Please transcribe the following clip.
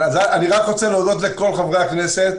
רוצה להודות לכל חברי הכנסת,